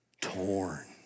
torn